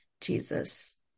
Jesus